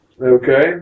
Okay